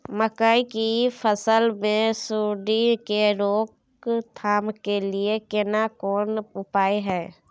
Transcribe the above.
मकई की फसल मे सुंडी के रोक थाम के लिये केना कोन उपाय हय?